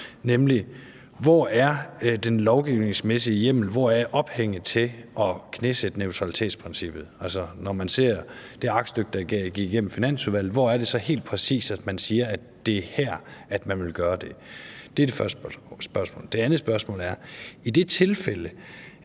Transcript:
nemlig: Hvor er den lovgivningsmæssige hjemmel, hvor er ophænget til at knæsætte neutralitetsprincippet? Altså, når man ser det aktstykke, der gik igennem Finansudvalget, hvor er det så helt præcis, man siger, at det er her, man vil gøre det? Det er det første spørgsmål. Det andet spørgsmål er: Hvad vil